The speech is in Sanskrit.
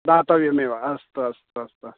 दातव्यमेव अस्तु अस्तु अस्तु